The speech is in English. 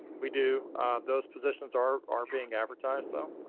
we do those positions are are being advertised though.